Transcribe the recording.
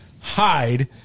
hide